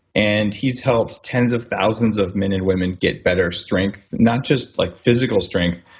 and he's helped tens of thousands of men and women get better strength, not just like physical strength,